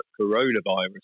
coronavirus